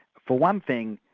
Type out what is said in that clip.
for one thing,